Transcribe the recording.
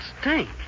stink